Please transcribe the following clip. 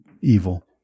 evil